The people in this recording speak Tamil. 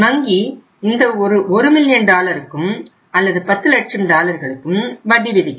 வங்கி இந்த ஒரு மில்லியன் டாலருக்கும் அல்லது 10 லட்சம் டாலர்களுக்கும் வட்டி விதிக்கும்